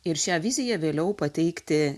ir šią viziją vėliau pateikti